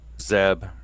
Zeb